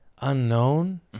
Unknown